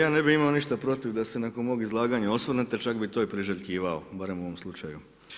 Ja ne bih imao ništa protiv da se nakon mog izlaganja osvrnete, čak bi to i priželjkivao, barem u ovom slučaju.